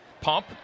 Pump